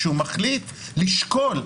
כשהוא מחליט לשקול.